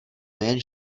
nejen